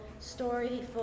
Storyful